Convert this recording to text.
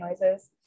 noises